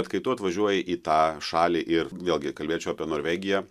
bet kai atvažiuoji į tą šalį ir vėlgi kalbėčiau apie norvegiją